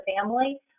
family